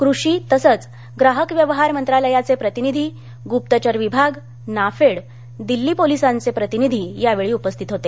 कृषी तसंच ग्राहक व्यवहार मंत्रालयाचे प्रतिनिधी गुप्तचर विभाग नाफेड दिल्ली पोलीसांचे प्रतिनिधी यावेळी उपस्थित होते